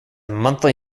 monthly